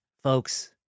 folks